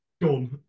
Done